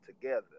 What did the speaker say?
together